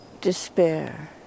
despair